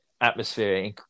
atmosphere